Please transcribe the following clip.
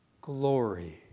glory